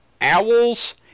owl's